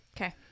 Okay